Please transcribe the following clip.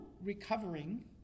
recovering